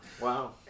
Wow